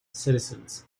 citizens